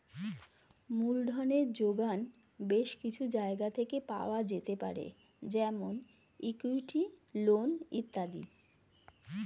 মূলধনের জোগান বেশ কিছু জায়গা থেকে পাওয়া যেতে পারে যেমন ইক্যুইটি, লোন ইত্যাদি